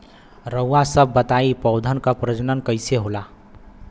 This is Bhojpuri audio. रउआ सभ बताई पौधन क प्रजनन कईसे होला?